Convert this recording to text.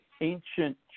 ancient